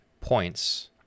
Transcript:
points